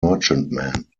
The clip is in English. merchantmen